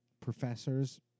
professors